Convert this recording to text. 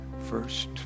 first